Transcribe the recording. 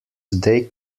they